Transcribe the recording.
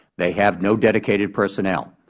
they have no dedicated personnel.